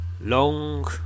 Long